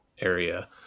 area